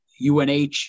UNH